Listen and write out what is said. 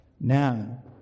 now